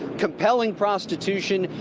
compelling prostitution,